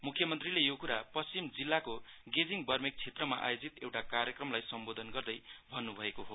म्ख्यमन्त्रीले यो क्रा पश्चिम जिल्लाको गेजिङ बर्मेक क्षेत्रमा आयोजित एउटा कार्यक्रमलाई सम्बोधन गर्दै भन्न् भएको हो